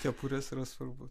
kepurės yra svarbu